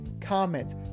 comments